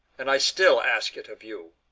and i still ask it of you,